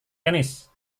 tenis